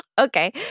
okay